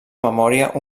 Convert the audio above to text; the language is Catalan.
memòria